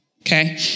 okay